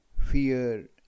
fear